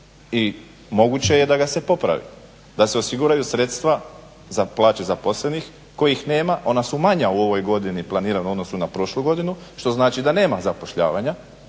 i moguće je da ga se popravi, da se osiguraju sredstva za plaće zaposlenih kojih nema. Ona su manja u ovoj godini planirana u odnosu na prošlu godinu što znači da nema zapošljavanja,